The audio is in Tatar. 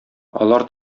алар